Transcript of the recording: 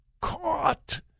caught